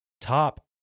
top